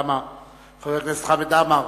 חבר הכנסת חמד עמאר,